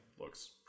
looks